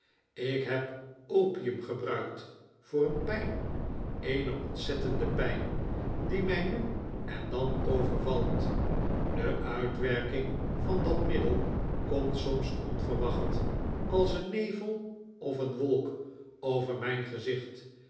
lk heb opium gebruikt voor een pyn eene ontzettende pijn die mij nu en dan overvalt de uitwerking van dat middel komt soms onverwacht als een nevel of een wolk over my n gezicht